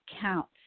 counts